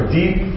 deep